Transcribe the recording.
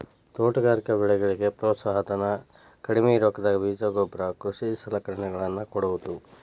ತೋಟಗಾರಿಕೆ ಬೆಳೆಗಳಿಗೆ ಪ್ರೋತ್ಸಾಹ ಧನ, ಕಡ್ಮಿ ರೊಕ್ಕದಾಗ ಬೇಜ ಗೊಬ್ಬರ ಕೃಷಿ ಸಲಕರಣೆಗಳ ನ್ನು ಕೊಡುವುದು